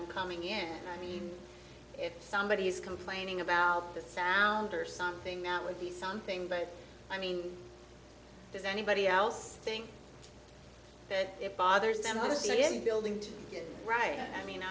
i'm coming in i mean if somebody is complaining about the sound or something that would be something but i mean does anybody else think that if bothers them to see a building to get right i mean